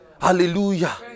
Hallelujah